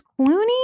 Clooney